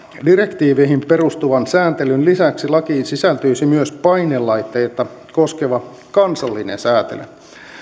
direktiiveihin perustuvan sääntelyn lisäksi lakiin sisältyisi myös painelaitteita koskeva kansallinen säätely